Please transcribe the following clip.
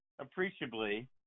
appreciably